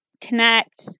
connect